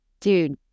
dude